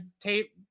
tape